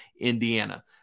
Indiana